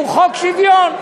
הוא חוק שוויון.